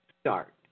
start